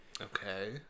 Okay